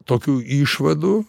tokių išvadų